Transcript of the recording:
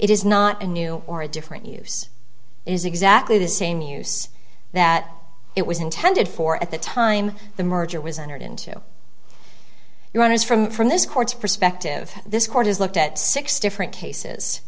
it is not a new or a different use is exactly the same use that it was intended for at the time the merger was entered into your honors from from this court's perspective this court has looked at six different cases